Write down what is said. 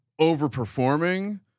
overperforming